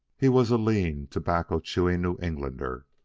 he was a lean tobacco-chewing new englander,